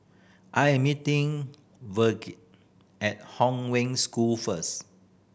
I am meeting Virge at Hong Wen School first